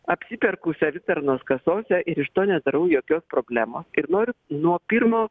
apsiperku savitarnos kasose ir iš to nedarau jokios problemos ir nors nuo pirmo